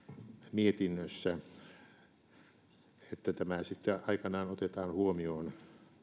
mietinnössä että tämä sitten aikanaan otetaan huomioon